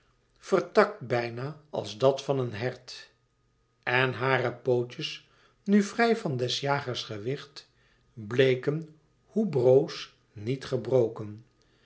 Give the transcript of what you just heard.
vertakt bijna als dat van een hert en hare pootjes nu vrij van des jagers gewicht bleken hoe broos niet gebroken